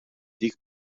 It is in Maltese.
dik